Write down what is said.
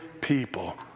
people